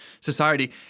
society